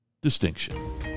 distinction